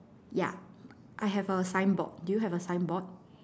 ya I have a sign board do you have a sign board